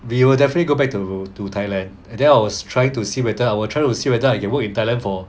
we will definitely go back to to thailand and then I was trying to see whether I was trying to see whether I can work in thailand for